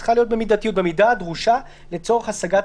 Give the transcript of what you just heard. צריך לשים לב שגם ב-(16), בניגוד לסגר השני,